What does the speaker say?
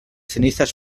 cenizas